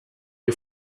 you